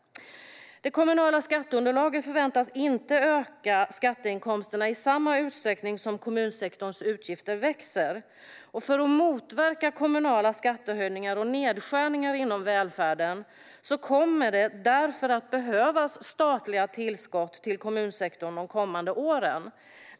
Det kommunala skatteunderlaget förväntas inte öka skatteinkomsterna i samma utsträckning som kommunsektorns utgifter växer. För att motverka kommunala skattehöjningar och nedskärningar inom välfärden kommer det därför att behövas statliga tillskott till kommunsektorn de kommande åren.